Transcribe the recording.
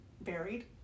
buried